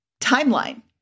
timeline